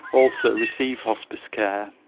also receive hospice care.